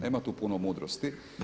Nema tu puno mudrosti.